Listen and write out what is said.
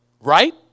Right